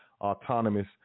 autonomous